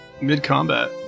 Mid-combat